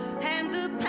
and